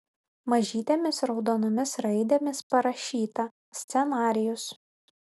mažytėmis raudonomis raidėmis parašyta scenarijus